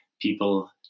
people